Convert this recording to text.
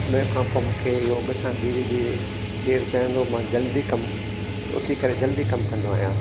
उन खां पोइ मूंखे योग सां धीरे धीरे केर चवंदो मां जल्दी कमु उथी करे जल्दी कमु कंदो आहियां